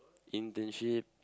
internship